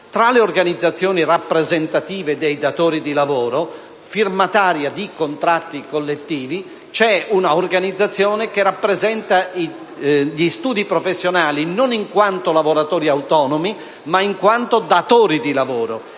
Tra le organizzazioni rappresentative dei datori di lavoro, firmataria di contratti collettivi c'è un'organizzazione che rappresenta gli studi professionali non in quanto lavoratori autonomi, ma in quanto datori di lavoro;